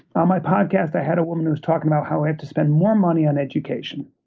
on my podcast, i had a woman who was talking about how i have to spend more money on education.